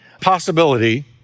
possibility